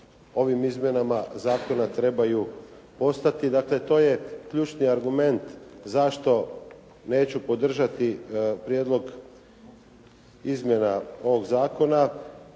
ovim izmjenama zakona trebaju postati, dakle to je ključni argument zašto neću podržati prijedlog izmjena ovog zakona